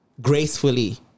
gracefully